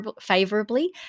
favorably